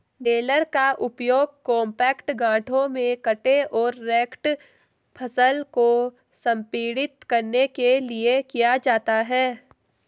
baler का उपयोग compact गांठों में कटे और रेक्ड फसल को संपीड़ित करने के लिए किया जाता है